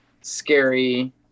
scary